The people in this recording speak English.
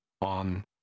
on